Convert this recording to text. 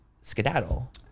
skedaddle